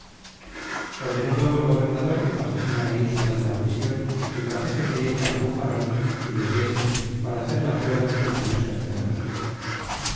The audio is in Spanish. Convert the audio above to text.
ordenó luego el gobernador que pasasen á la ínsula de la prision y trajesen de ella algun varon si le hubiese para hacer la prueba de su engañosa esperanza